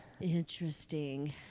Interesting